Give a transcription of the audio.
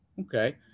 okay